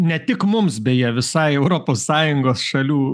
ne tik mums beje visai europos sąjungos šalių